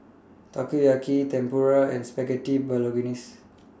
Takoyaki Tempura and Spaghetti Bolognese